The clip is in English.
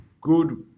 good